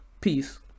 peace